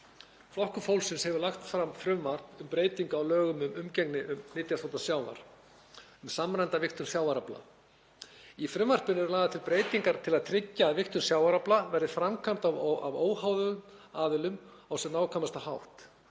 Flokkur fólksins hefur lagt fram frumvarp um breytingu á lögum um umgengni um nytjastofna sjávar, um samræmda vigtun sjávarafla. Í frumvarpinu eru lagðar til breytingar til að tryggja að vigtun sjávarafla verði framkvæmd af óháðum aðilum á sem nákvæmastan hátt.